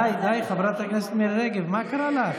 די, די, חברת הכנסת מירי רגב, מה קרה לך?